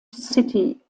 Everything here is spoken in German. city